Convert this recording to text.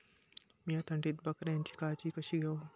मीया थंडीत बकऱ्यांची काळजी कशी घेव?